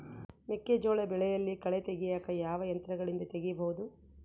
ಮೆಕ್ಕೆಜೋಳ ಬೆಳೆಯಲ್ಲಿ ಕಳೆ ತೆಗಿಯಾಕ ಯಾವ ಯಂತ್ರಗಳಿಂದ ತೆಗಿಬಹುದು?